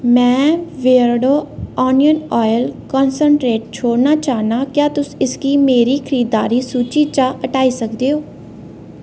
में Beardo onion oil concentrate छोड़ना चाह्न्नां क्या तुस इसगी मेरी खरीदारी सूची चा हटाई सकदे ओ